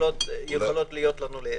שיכולים להיות לנו לעזר.